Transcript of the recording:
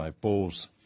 balls